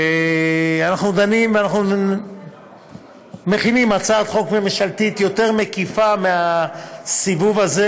ואנחנו דנים ומכינים הצעת חוק ממשלתית יותר מקיפה מהסיבוב הזה